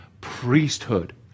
priesthood